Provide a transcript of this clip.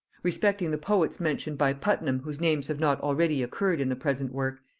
respecting the poets mentioned by puttenham whose names have not already occurred in the present work,